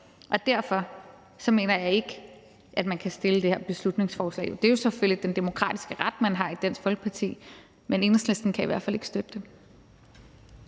og derfor mener jeg ikke, at man kan fremsætte det her beslutningsforslag. Det er selvfølgelig den demokratiske ret, man har i Dansk Folkeparti, men Enhedslisten kan i hvert fald ikke støtte det.